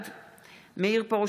בעד מאיר פרוש,